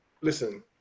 Listen